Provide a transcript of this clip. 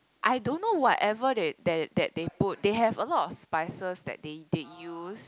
I don't know whatever they that that they put they have a lot of spices that they they use